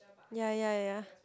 ya ya ya